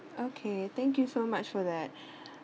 okay thank you so much for that